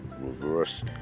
reverse